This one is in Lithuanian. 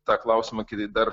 tą klausimą kitaip dar